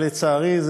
לצערי,